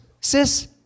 Sis